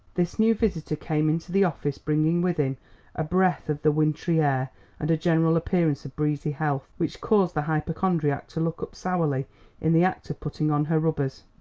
this new visitor came into the office bringing with him a breath of the wintry air and a general appearance of breezy health which caused the hypochondriac to look up sourly in the act of putting on her rubbers.